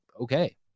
okay